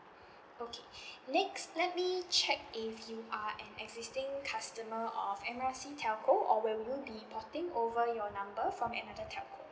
okay next let me check if you are an existing customer of M R C telco or will you be porting over your number from another telco